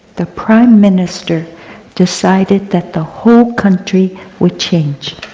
the prime minister decided that the whole country would change.